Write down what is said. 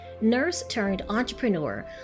nurse-turned-entrepreneur